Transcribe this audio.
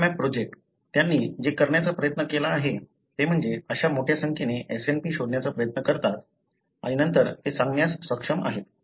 HapMap project त्यांनी जे करण्याचा प्रयत्न केला आहे ते म्हणजे अशा मोठ्या संख्येने SNP शोधण्याचा प्रयत्न करतात आणि नंतर ते सांगण्यास सक्षम आहेत